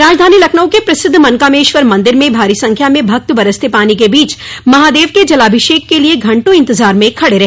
राजधानी लखनऊ के प्रसिद्ध मनकामेश्वर मंदिर में भारी संख्या में भक्त बरसते पानी के बीच महादेव के जलाभिषेक के लिए घंटों इंतजार में खड़े रहे